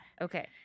okay